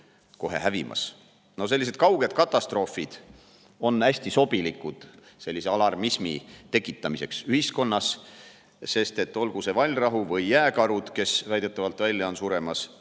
kohe hävimas. Sellised kauged katastroofid on hästi sobilikud alarmismi tekitamiseks ühiskonnas, sest et olgu see vallrahu või jääkarud, kes on väidetavalt välja suremas,